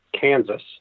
Kansas